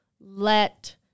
let